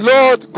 Lord